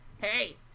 Hey